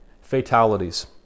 fatalities